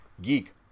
geek